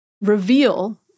reveal